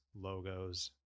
logos